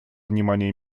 внимание